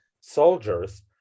soldiers